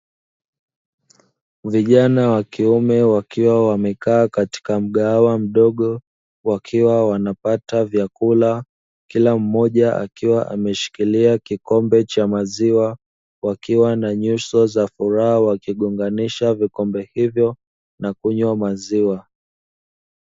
Vijana wa kiume wakiwa wamekaa katika mgahawa mdogo, wakiwa wanapata vyakula kila mmoja akiwa ameshikilia kikombe cha maziwa, wakiwa na nyuso za furaha wakigonganisha vikombe hivyo na kunywa maziwa.